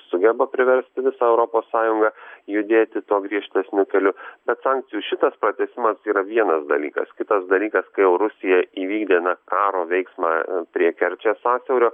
sugeba priversti visą europos sąjungą judėti tuo griežtesniu keliu bet sankcijų šitas pratęsimas yra vienas dalykas kitas dalykas kai jau rusija įvykdė na karo veiksmą prie kerčės sąsiaurio